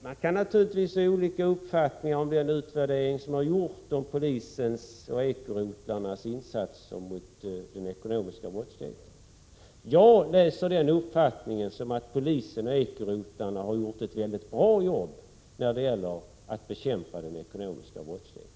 man naturligtvis kan ha olika uppfattning om den utvärdering som har gjorts om polisens och ekorotlarnas insatser mot den ekonomiska brottsligheten. Jag är av den uppfattningen att polisen och ekorotlarna har gjort ett mycket bra jobb när det gäller att bekämpa den ekonomiska brottsligheten.